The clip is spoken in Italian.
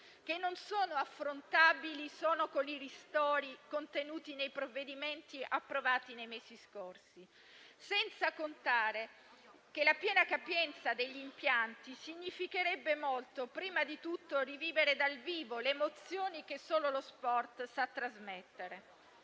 che non sono affrontabili solo con i ristori contenuti nei provvedimenti approvati nei mesi scorsi. Inoltre, la piena capienza degli impianti significherebbe molto, consentendo anzitutto di rivivere dal vivo le emozioni che solo lo sport sa trasmettere.